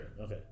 Okay